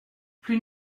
plus